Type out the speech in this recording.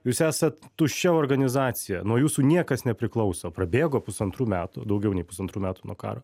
jūs esat tuščia organizacija nuo jūsų niekas nepriklauso prabėgo pusantrų metų daugiau nei pusantrų metų nuo karo